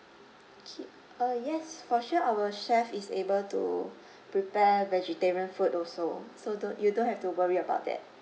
okay err yes for sure our chef is able to prepare vegetarian food also so don't you don't have to worry about that